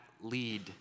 lead